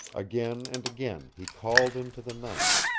again and again he called into the night.